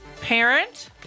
parent